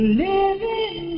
living